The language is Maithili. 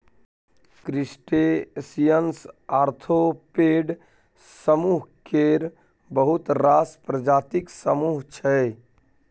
क्रस्टेशियंस आर्थोपेड समुह केर बहुत रास प्रजातिक समुह छै